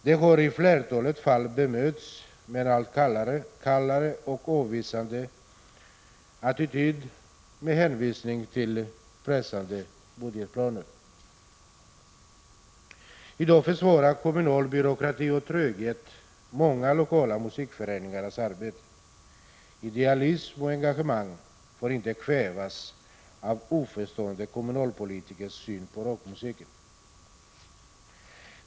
De har i flertalet fall bemötts med en kall och avvisande attityd med hänvisning till pressade budgetplaner. I dag försvårar kommunal byråkrati och tröghet många lokala musikföreningars arbete. Men idealism och engagemang får inte kvävas av oförstående kommunalpolitikers syn på rockmusiken.